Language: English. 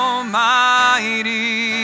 Almighty